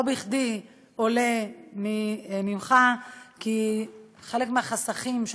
לא בכדי עולה ממך כי חלק מהחסכים של